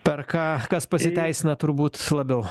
per ką kas pasiteisina turbūt labiau